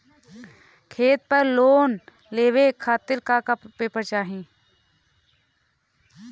खेत पर लोन लेवल खातिर का का पेपर चाही?